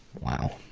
wow.